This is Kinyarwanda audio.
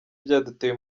byaduteye